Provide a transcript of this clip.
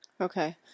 Okay